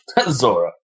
Zora